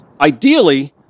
Ideally